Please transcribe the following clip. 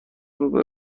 روبه